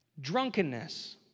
drunkenness